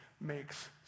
makes